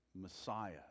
Messiah